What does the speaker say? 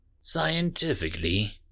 scientifically